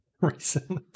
Recently